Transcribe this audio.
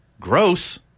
Gross